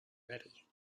ready